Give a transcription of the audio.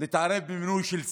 להתערב במינוי של שר,